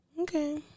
Okay